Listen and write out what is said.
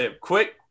Quick